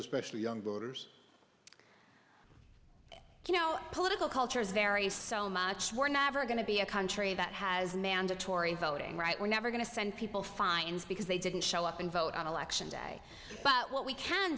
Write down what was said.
especially young voters you know political cultures varies so much we're not going to be a country that has mandatory voting right we're never going to send people fines because they didn't show up and vote on election day but what we can